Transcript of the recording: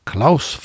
Klaus